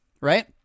right